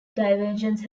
divergence